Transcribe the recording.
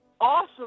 awesome